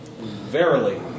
verily